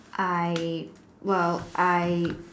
I well I